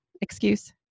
excuse